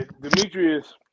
Demetrius